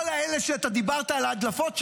כל אלה שדיברת על ההדלפות שלהם,